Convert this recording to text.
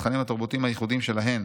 לתכנים התרבותיים הייחודיים שלהן,